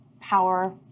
power